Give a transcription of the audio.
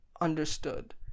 understood